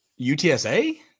UTSA